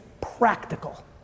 practical